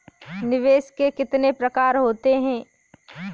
निवेश के कितने प्रकार होते हैं?